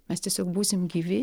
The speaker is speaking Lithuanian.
mes tiesiog būsim gyvi